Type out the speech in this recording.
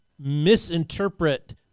misinterpret